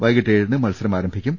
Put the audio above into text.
വൈകിട്ട് ഏഴിന് മത്സരം ആരംഭിക്കും